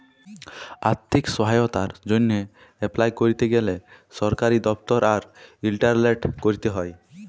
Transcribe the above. আথ্থিক সহায়তার জ্যনহে এপলাই ক্যরতে গ্যালে সরকারি দপ্তর আর ইলটারলেটে ক্যরতে হ্যয়